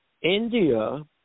India